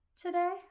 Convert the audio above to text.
today